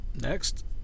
Next